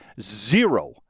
zero